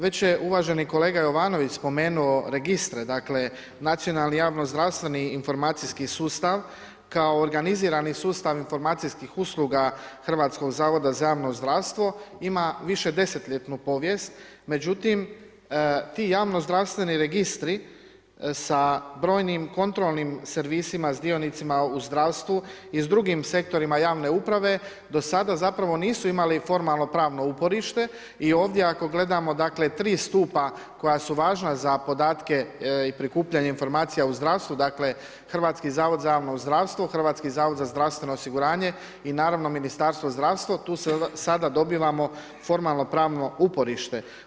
Već je uvaženi kolega Jovanović spomenuo registre, dakle nacionalni javno zdravstveni informacijski sustav kao organizirani sustav informacijskih usluga Hrvatskog zavoda za javno zdravstvo ima više desetljetnu povijest, međutim ti javno zdravstveni registri sa brojnim kontrolnim servisima, s dionicima u zdravstvu i s drugim sektorima javne uprave do sada zapravo nisu imali formalno pravno uporište i ovdje ako gledamo dakle tri stupa koja su važna za podatke i prikupljanje informacija u zdravstvu, dakle Hrvatski zavod za javno zdravstvo, Hrvatski zavod za zdravstveno osiguranje i naravno Ministarstvo zdravstva, tu sada dobivamo formalno pravno uporište.